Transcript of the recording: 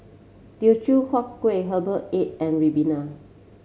Teochew Huat Kueh Herbal Egg and ribena